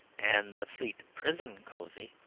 and the fleet prison cosy.